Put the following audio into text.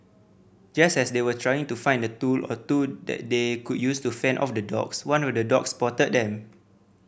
just as they were trying to find a tool or two that they could use to fend off the dogs one of the dogs spotted them